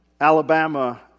Alabama